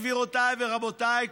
גבירותיי ורבותיי,